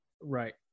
Right